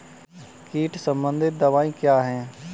कीट संबंधित दवाएँ क्या हैं?